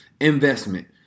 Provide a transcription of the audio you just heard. investment